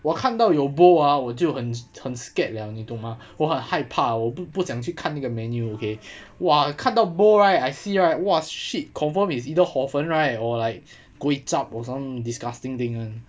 我看到有 bowl ah 我就很 scared liao 你懂吗我很害怕我不想去看那个 menu okay !wah! 看到 bowl right I see right !wah! shit confirm is either horfun right or like kway chap or some disgusting thing